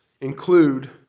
include